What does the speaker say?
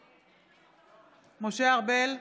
בעד משה ארבל,